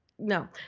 No